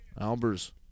Albers